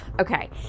okay